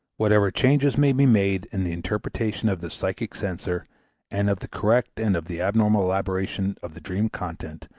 whatever changes may be made in the interpretation of the psychic censor and of the correct and of the abnormal elaboration of the dream content,